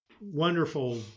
wonderful